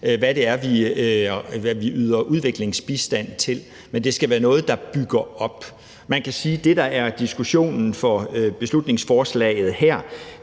hvad det er, vi yder udviklingsbistand til, men det skal være noget, der bygger op. Man kan sige, at det, der er diskussionen i beslutningsforslaget her,